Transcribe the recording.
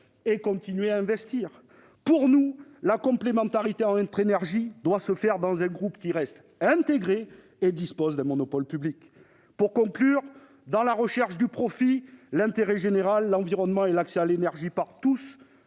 pour se développer. Pour nous, la complémentarité entre énergies doit se faire dans un groupe qui reste intégré et dispose d'un monopole public. Pour conclure, je dirai que l'intérêt général, l'environnement et l'accès à l'énergie pour tous